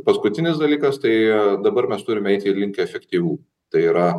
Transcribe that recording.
paskutinis dalykas tai dabar mes turime eiti link efektyvumo tai yra